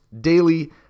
daily